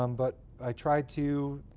um but i tried to